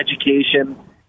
education